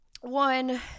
One